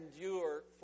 endure